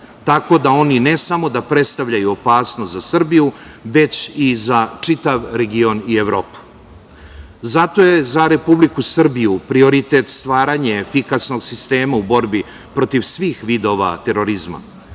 tako da oni ne samo da predstavljaju opasnost za Srbiju, već i za čitav region i Evropu. Zato je za Republiku Srbiju prioritet stvaranje efikasnog sistema u borbi protiv svih vidova terorizma.